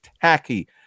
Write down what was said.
tacky